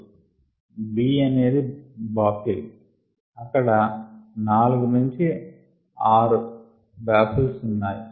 B అనేది baffle అక్కడ 4 6 baffles ఉన్నాయి